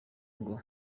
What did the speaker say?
ngo